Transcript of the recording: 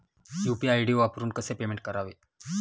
UPI ID वापरून कसे payment करावे?